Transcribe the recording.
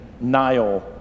Nile